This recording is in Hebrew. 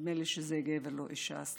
נדמה לי שזה גבר, לא אישה.